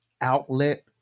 outlet